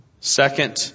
Second